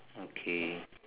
okay